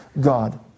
God